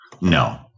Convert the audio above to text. No